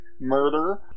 murder